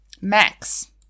Max